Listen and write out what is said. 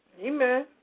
amen